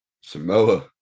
samoa